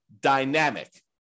dynamic